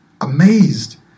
Amazed